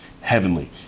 heavenly